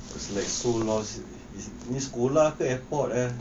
it's like so lost ini sekolah ke airport eh